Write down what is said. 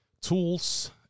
tools